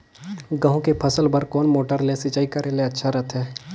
गहूं के फसल बार कोन मोटर ले सिंचाई करे ले अच्छा रथे?